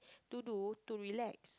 to do to relax